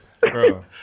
bro